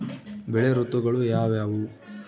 ಬೆಳೆ ಋತುಗಳು ಯಾವ್ಯಾವು?